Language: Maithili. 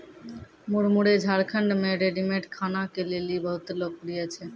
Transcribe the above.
मुरमुरे झारखंड मे रेडीमेड खाना के लेली बहुत लोकप्रिय छै